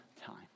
time